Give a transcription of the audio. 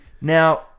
Now